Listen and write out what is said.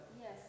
yes